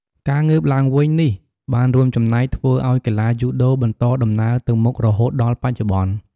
ការងើបឡើងវិញនេះបានរួមចំណែកធ្វើឲ្យកីឡាយូដូបន្តដំណើរទៅមុខរហូតដល់បច្ចុប្បន្ន ។